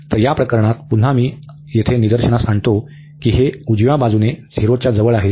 तर या प्रकरणात पुन्हा मी येथे निदर्शनास आणतो की हे उजव्या बाजूने हे 0 च्या जवळ आहे